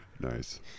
Nice